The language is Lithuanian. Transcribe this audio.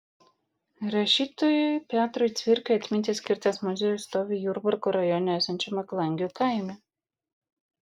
rašytojui petrui cvirkai atminti skirtas muziejus stovi jurbarko rajone esančiame klangių kaime